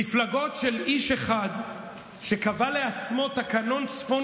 מפלגות של איש אחד שקבע לעצמו תקנון צפון